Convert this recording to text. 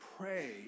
pray